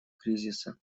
кризиса